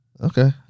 Okay